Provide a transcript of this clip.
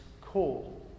call